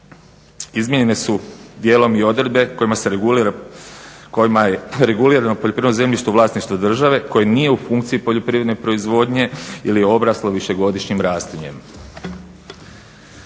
Izmijenjen su dijelom i odredbe kojima se regulira, kojima je regulirano poljoprivredno zemljište u vlasništvu države koje nije u funkciji poljoprivredne proizvodnje jer je obraslo višegodišnjim raslinjem.